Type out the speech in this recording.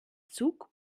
zug